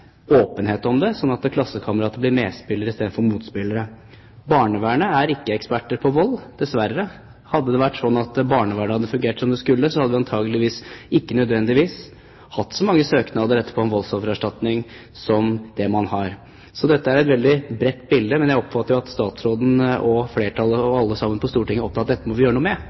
åpenhet om det, slik at klassekamerater blir medspillere i stedet for motspillere? Barnevernet er ikke eksperter på vold, dessverre. Hadde det vært slik at barnevernet hadde fungert som det skulle, hadde vi antageligvis ikke hatt så mange søknader i etterkant om voldsoffererstatning som det man har. Dette er et veldig bredt bilde, men jeg oppfatter at statsråden og alle sammen på Stortinget er opptatt av at dette må vi gjøre noe med.